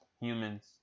humans